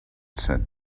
said